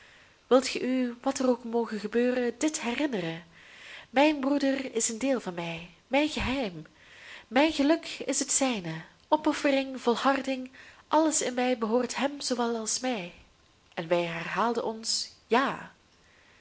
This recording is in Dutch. wilt ge u wat er ook moge gebeuren dit herinneren mijn broeder is een deel van mij mijn geheim mijn geluk is het zijne opoffering volharding alles in mij behoort hem zoowel als mij en wij herhaalden ons ja